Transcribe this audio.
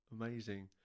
Amazing